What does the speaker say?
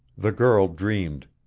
the girl dreamed.